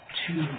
two